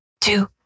two